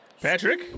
Patrick